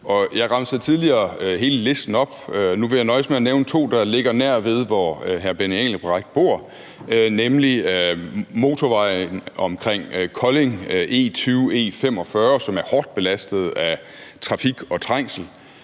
Jeg remsede tidligere hele listen op. Nu vil jeg nøjes med at nævne to, der ligger nærved, hvor hr. Benny Engelbrecht bor, nemlig motorvejen omkring Kolding, E20/E45, som er hårdt belastet af trafik og trængsel,